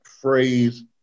phrase